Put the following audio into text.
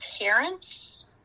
parents